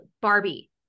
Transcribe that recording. Barbie